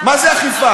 מה זו אכיפה?